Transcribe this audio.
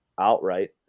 outright